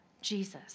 Jesus